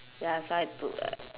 ya I took like